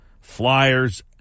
Flyers